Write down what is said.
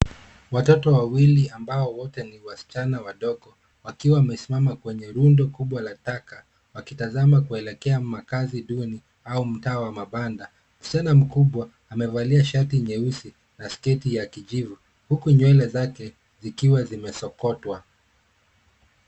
Watoto wawili ambao wote ni wasichana wadogo wakiwa wamesimama kwenye rundo kubwa la taka wakitazama kuelekea makaazi duni au mtaa wa mabanda. Msichana mkubwa amevalia shati nyeusi na sketi ya kijivu huku nywele zake zikiwa zimesokotwa.